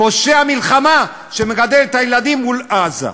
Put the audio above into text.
פושע מלחמה שמגדל את הילדים מול עזה.